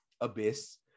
abyss